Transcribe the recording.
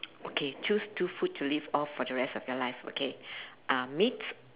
okay choose two food to live off for the rest of your life okay uh meat